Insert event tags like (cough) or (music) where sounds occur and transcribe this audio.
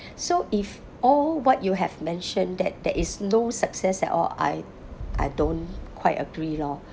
(breath) so if all what you have mentioned that there is no success at all I I don't quite agree lor (breath)